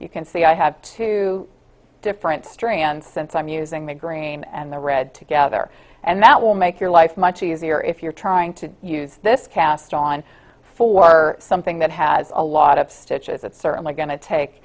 you can see i have two different strengths and so i'm using the green and the red together and that will make your life much easier if you're trying to use this cast on for something that has a lot of stitches it's certainly going to take